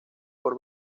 por